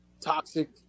toxic